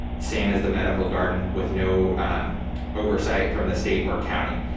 same as the medical garden with no oversight from the state or county.